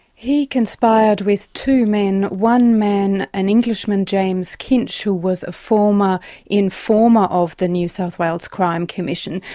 he conspired with two men, one man, an englishman, james kinch, who was a former informer of the new south wales crime commission,